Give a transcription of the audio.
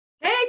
Hey